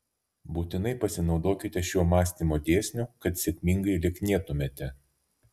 būtinai pasinaudokite šiuo mąstymo dėsniu kad sėkmingai lieknėtumėte